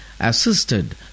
assisted